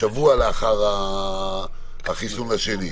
שבוע לאחר המנה השנייה.